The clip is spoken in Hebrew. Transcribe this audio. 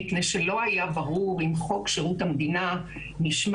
מפני שלא היה ברור אם חוק שירות המדינה (משמעת)